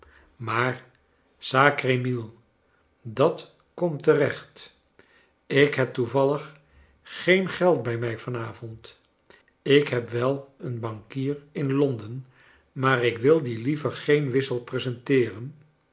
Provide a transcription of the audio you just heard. maar sacre mille dat komt terecht ik heb toevallig geen geld bij mij van avond ik heb wel een bankier in londen maar ik wil dien liever geen wis